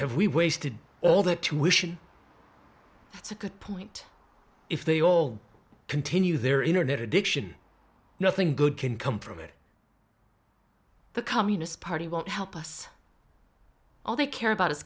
every wasted all their tuition it's a good point if they all continue their internet addiction nothing good can come from it the communist party won't help us all they care about is